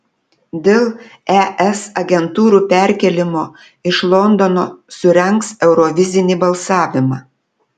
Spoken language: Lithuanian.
dėl es agentūrų perkėlimo iš londono surengs eurovizinį balsavimą